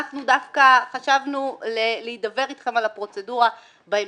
אנחנו דווקא חשבנו להידבר איתכם על הפרוצדורה בהמשך.